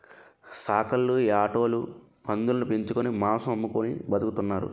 సాకల్లు యాటోలు పందులుని పెంచుకొని మాంసం అమ్ముకొని బతుకుతున్నారు